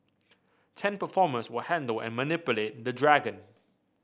ten performers will handle and manipulate the dragon